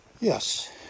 yes